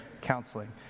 counseling